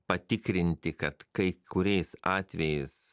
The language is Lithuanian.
patikrinti kad kai kuriais atvejais